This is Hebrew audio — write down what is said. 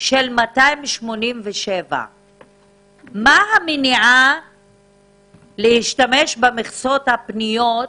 של 287. מה המניעה להשתמש במכסות הפנויות